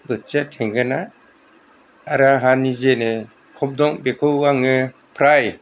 बोथिया थेंगोना आरो आंहा निजेनो खब दं बेखौ आङो फ्राय